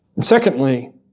secondly